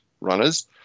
runners